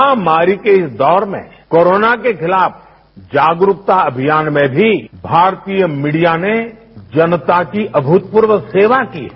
महामारी के इस दौर में कोरोना के खिलाफ जागरूकता अभियान में भी भारतीय मीडिया ने जनता की अभूतपूर्व सेवा की है